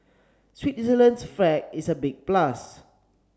Switzerland's flag is a big plus